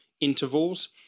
intervals